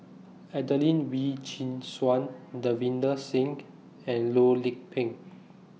Adelene Wee Chin Suan Davinder Singh and Loh Lik Peng